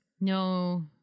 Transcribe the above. No